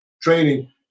training